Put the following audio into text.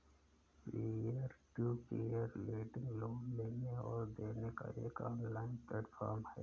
peer to peer lending loan लेने और देने का एक ऑनलाइन प्लेटफ़ॉर्म है